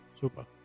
Super